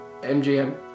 MGM